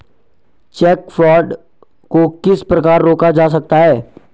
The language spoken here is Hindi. चेक फ्रॉड को किस प्रकार रोका जा सकता है?